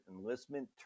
enlistment